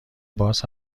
باز